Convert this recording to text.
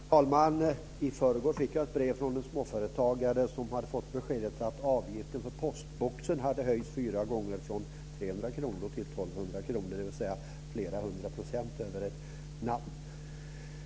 Fru talman! I förrgår fick jag ett brev från en småföretagare som hade fått beskedet att avgiften för postboxen hade höjts från 300 kr till 1 200 kr, dvs. flera hundra procent, över en natt.